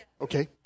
Okay